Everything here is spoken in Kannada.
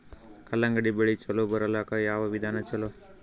ಕಲ್ಲಂಗಡಿ ಬೆಳಿ ಚಲೋ ಬರಲಾಕ ಯಾವ ವಿಧಾನ ಚಲೋ?